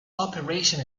operation